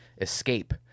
escape